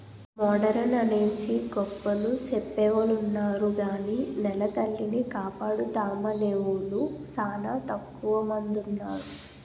modern అనేసి గొప్పలు సెప్పెవొలున్నారు గాని నెలతల్లిని కాపాడుతామనేవూలు సానా తక్కువ మందున్నారు